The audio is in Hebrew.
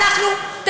כן, לבלוב מדיני.